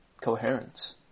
coherence